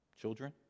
children